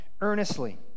earnestly